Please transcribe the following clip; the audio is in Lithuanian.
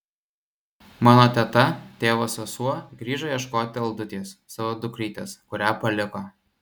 mano teta tėvo sesuo grįžo ieškoti aldutės savo dukrytės kurią paliko